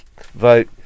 vote